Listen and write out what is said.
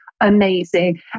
amazing